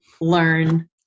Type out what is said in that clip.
learn